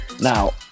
Now